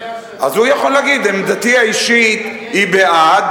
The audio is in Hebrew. אז הוא יכול להגיד: עמדתי האישית היא בעד.